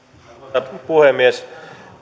arvoisa puhemies